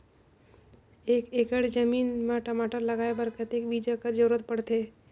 एक एकड़ जमीन म टमाटर लगाय बर कतेक बीजा कर जरूरत पड़थे?